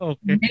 Okay